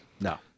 No